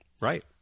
right